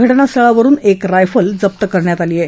घटनास्थळावरून एक रायफल जप्त करण्यात आली आहे